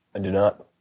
i do not.